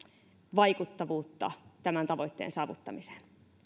vaikuttavuutta tämän tavoitteen saavuttamiseen